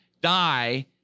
die